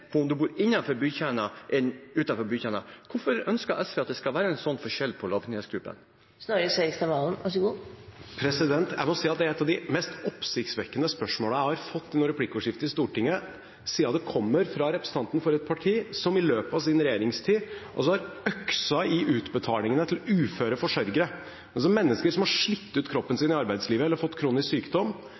om man bor innenfor bykjernen enn utenfor bykjernen. Hvorfor ønsker SV at det skal være en sånn forskjell mellom lavinntektsgruppene? Jeg må si at dette er et av de mest oppsiktsvekkende spørsmålene jeg har fått under et replikkordskifte i Stortinget, siden det kommer fra en representant for et parti som i løpet av sin regjeringstid har «øksa» i utbetalingene til uføre forsørgere. Mennesker som har slitt ut kroppen sin i arbeidslivet eller har fått kroniske sykdom,